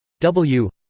w,